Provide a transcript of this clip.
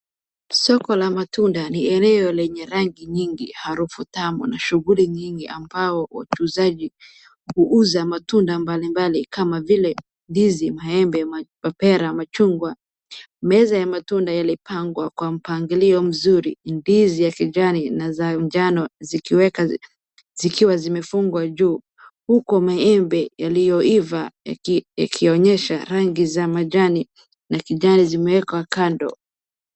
Soko la matunda ni eneo lenye rangi nyingi, harufu tamu, na shughuli nyingi ambao wauzaji huuza matunda mbalimbali kama vile ndizi, maembe, mapera, machungwa. Meza ya matunda yalipangwa kwa mpangilio mzuri. Ndizi ya kijani na za manjano zikiweka-- zikiwa zimefungwa juu. Huku maembe yaliyoiva, yakionyesha rangi za majani na kijani zimeekwa kando.